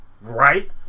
Right